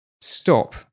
stop